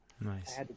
nice